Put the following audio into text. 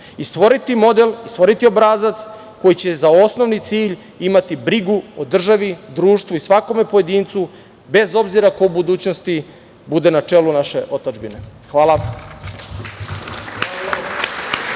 i stvoriti model i stvoriti obrazac koji će za osnovni cilj imati brigu o državi, društvu i svakom pojedincu bez obzira ko u budućnosti bude na čelu naše otadžbine. Hvala.